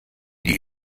die